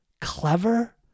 clever